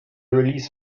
release